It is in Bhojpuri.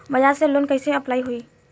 बज़ाज़ से लोन कइसे अप्लाई होई?